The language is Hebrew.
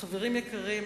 חברים יקרים,